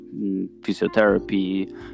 physiotherapy